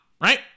right